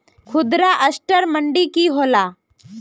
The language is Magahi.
खुदरा असटर मंडी की होला?